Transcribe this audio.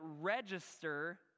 register